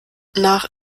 nach